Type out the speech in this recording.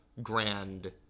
grand